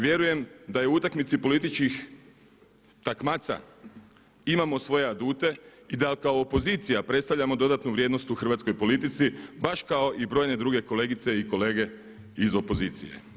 Vjerujem da u utakmici političkih takmaca imamo svoje adute i da kao opozicija predstavljamo dodatnu vrijednost u hrvatskoj politici baš kao i brojne druge kolegice i kolege iz opozicije.